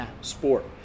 sport